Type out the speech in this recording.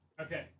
Okay